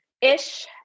ish